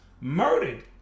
murdered